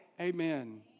Amen